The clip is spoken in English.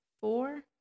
four